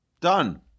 done